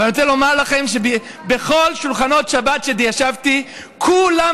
אבל אני רוצה לומר לכם שבכל שולחנות השבת שישבתי בהם כולם